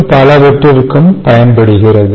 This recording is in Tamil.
மற்றும் பலவற்றிற்கும் பயன்படுகிறது